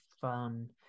fun